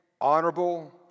honorable